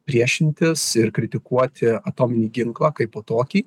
priešintis ir kritikuoti atominį ginklą kaipo tokį